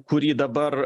kurį dabar